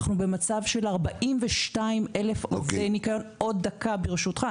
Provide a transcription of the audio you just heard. אנחנו במצב של 42,000 עובדי ניקיון עוד דקה ברשותך,